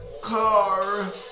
car